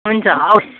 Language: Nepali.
हुन्छ हवस्